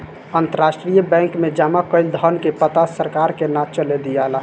अंतरराष्ट्रीय बैंक में जामा कईल धन के पता सरकार के ना चले दियाला